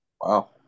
wow